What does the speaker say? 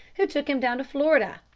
who took him down to florida,